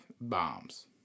bombs